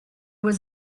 was